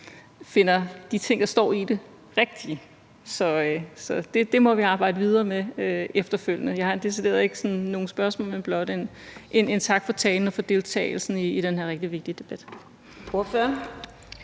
finder de ting, der står i det, rigtige. Så det må vi arbejde videre med efterfølgende. Jeg har ikke noget decideret spørgsmål, men blot en tak for talen og for deltagelsen i den her rigtig vigtige debat.